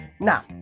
Now